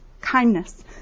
kindness